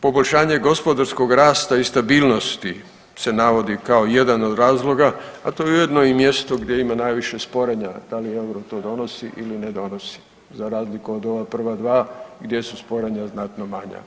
Poboljšanje gospodarskog rasta i stabilnosti se navodi kao jedan od razloga, a to je ujedno i mjesto gdje ima najviše sporenja da li euro to donosi ili ne donosi, za razliku od ona prva dva gdje su sporenja znatno manja.